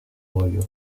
olio